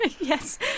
Yes